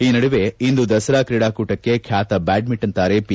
ಈ ನಡುವೆ ಇಂದು ದಸರಾ ಕ್ರೀಡಾಕೂಟಕ್ಕೆ ಖ್ಯಾತ ಬ್ಯಾಡ್ಮಿಂಟನ್ ತಾರೆ ಪಿ